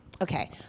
Okay